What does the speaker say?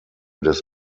des